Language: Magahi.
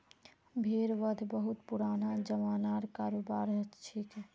भेड़ वध बहुत पुराना ज़मानार करोबार छिके